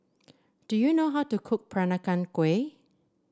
do you know how to cook Peranakan Kueh